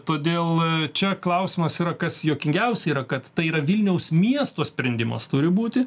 todėl čia klausimas yra kas juokingiausia yra kad tai yra vilniaus miesto sprendimas turi būti